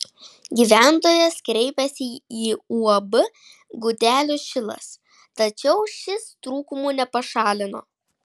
gyventojas kreipėsi į uab gudelių šilas tačiau šis trūkumų nepašalino